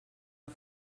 amb